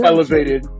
Elevated